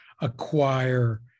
acquire